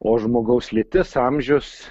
o žmogaus lytis amžius